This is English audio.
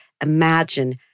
imagine